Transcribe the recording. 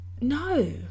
no